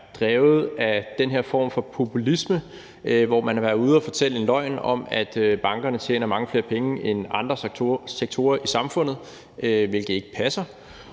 er drevet af den her form for populisme, hvor man har været ude og fortælle en løgn om, at bankerne tjener mange flere penge end andre sektorer i samfundet, hvilket ikke passer.